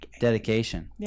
dedication